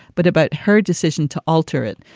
but about her decision to alter it.